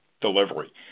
delivery